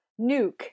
Nuke